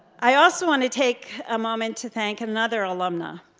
i also want to take a moment to thank another alumna,